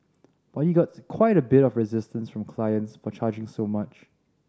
but you got quite a bit of resistance from clients for charging so much